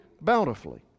bountifully